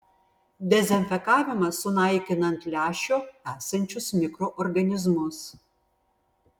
dezinfekavimas sunaikina ant lęšio esančius mikroorganizmus